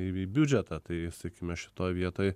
į biudžetą tai sakykime šitoj vietoj